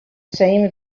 same